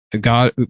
God